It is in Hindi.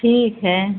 ठीक है